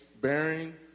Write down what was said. bearing